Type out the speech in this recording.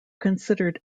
considered